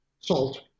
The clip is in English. salt